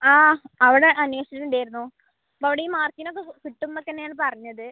ആ അവിടെ അന്വേഷിച്ചിട്ടുണ്ടായിരുന്നു അപ്പോൾ അവിടെ ഈ മാർക്കിനൊക്കെ കിട്ടുമെന്ന് തന്നെയാണ് പറഞ്ഞത്